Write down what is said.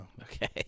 Okay